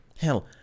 Hell